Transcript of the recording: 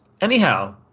anyhow